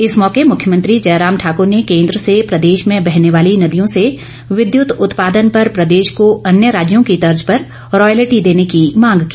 इस मौके मुख्यमंत्री जयराम ठाकुर ने केंद्र से प्रदेश में बहने वाली नदियों से विद्युत उत्पादन पर प्रदेश को अन्य राज्यों की तर्ज पर रॉयलटी देने की मांग की